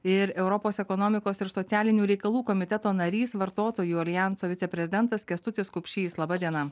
ir europos ekonomikos ir socialinių reikalų komiteto narys vartotojų aljanso viceprezidentas kęstutis kupšys laba diena